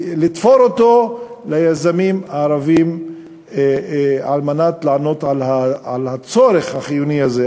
לתפור אותו ליזמים הערבים על מנת לענות על הצורך החיוני הזה.